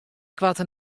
koarte